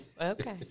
Okay